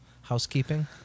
housekeeping